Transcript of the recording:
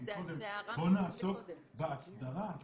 בוא נעסוק באסדרה.